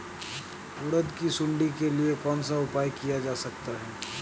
उड़द की सुंडी के लिए कौन सा उपाय किया जा सकता है?